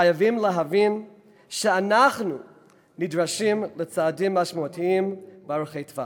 חייבים להבין שאנחנו נדרשים לצעדים משמעותיים וארוכי-טווח.